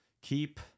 Keep